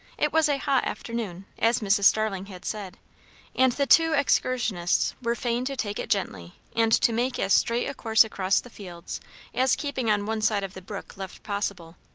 it was a hot afternoon, as mrs. starling had said and the two excursionists were fain to take it gently and to make as straight a course across the fields as keeping on one side of the brook left possible.